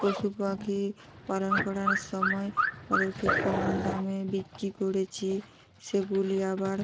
পশু পাখি পালন করার সময় ওদেরকে কম দামে বিক্রি করেছি সেগুলি আবার